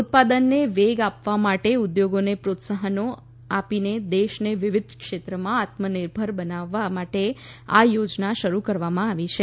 ઉત્પાદનને વેગ આપવા માટે ઉદ્યોગોને પ્રોત્સાહનો આપીને દેશને વિવિધ ક્ષેત્રમાં આત્મનિર્ભર બનાવવા માટે આ યોજના શરૂ કરવામાં આવી છે